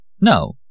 No